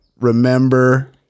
remember